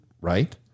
right